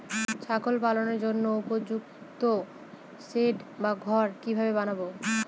ছাগল পালনের জন্য উপযুক্ত সেড বা ঘর কিভাবে বানাবো?